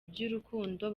by’urukundo